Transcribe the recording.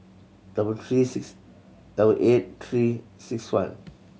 double three six double eight Three Six One